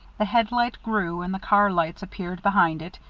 the headlight grew, and the car lights appeared behind it,